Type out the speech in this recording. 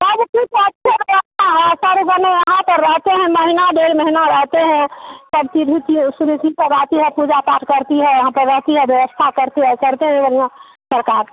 यहाँ पर रहते हैं महीना डेढ़ महीना रहते हैं सब चीज़ होती है रहती है पूजा पाठ करती है यहाँ पे रहती है व्यवस्था करती है करते हैं बढ़िया सरकार